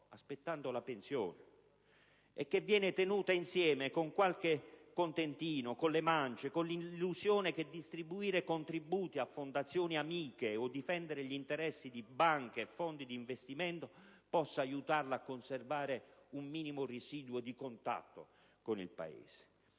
aspettando la pensione, che viene tenuta insieme con qualche contentino, con le mance e con l'illusione che distribuire contributi a fondazioni amiche o difendere gli interessi di banche e fondi di investimento possa aiutarla a conservare un minimo residuo di contatto con il Paese.